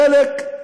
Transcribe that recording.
חלק,